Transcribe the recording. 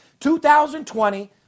2020